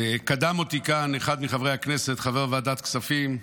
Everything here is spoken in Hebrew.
קדם אותי כאן אחד מחברי הכנסת, חבר ועדת הכספים,